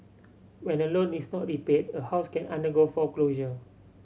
when a loan is not repaid a house can undergo foreclosure